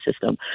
system